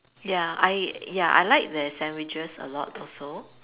ya I ya I like their sandwiches a lot also